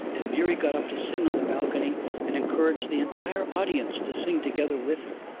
and miri got up to sing on the balcony and encouraged the entire audience to sing together with her.